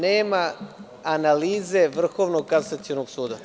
Nema analize Vrhovnog kasacionog suda.